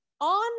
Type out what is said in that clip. on